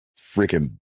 freaking